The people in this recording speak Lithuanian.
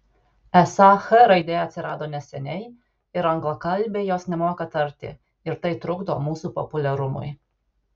esą h raidė atsirado neseniai ir anglakalbiai jos nemoka tarti ir tai trukdo mūsų populiarumui